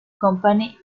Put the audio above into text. company